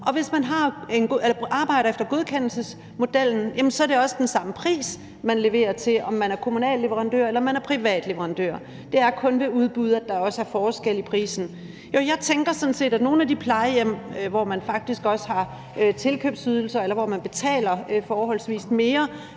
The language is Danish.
og hvis man arbejder efter godkendelsesmodellen, er det også den samme pris, man leverer til, om man er kommunal leverandør eller man er privat leverandør. Det er kun ved udbud, at der også er forskel i prisen. Jeg tænker sådan set, at nogle af de plejehjem, hvor man faktisk også har tilkøbsydelser, eller hvor man betaler forholdsvis mere